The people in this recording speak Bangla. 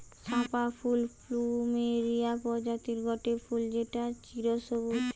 চম্পা ফুল প্লুমেরিয়া প্রজাতির গটে ফুল যেটা চিরসবুজ